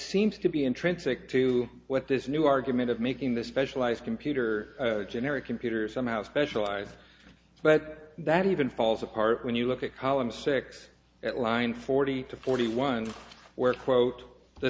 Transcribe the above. seems to be intrinsic to what this new argument of making the specialized computer generic computers somehow specialized but that even falls apart when you look at column six at line forty to forty one where quote the